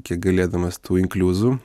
kiek galėdamas tų inkliuzų